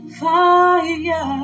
fire